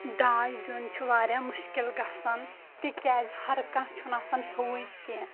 داج دیُن چھِ واریاہ مُشکِل گژھان تِکیٛازِ ہر کانٛہہ چھُنہٕ آسان ہیُوٕے کیٚنہہ